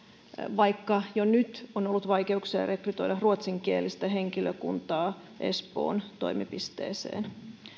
vaikka jo nyt on ollut vaikeuksia rekrytoida ruotsinkielistä henkilökuntaa espoon toimipisteeseen